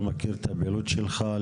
לא מכיר את הפעילות שלך.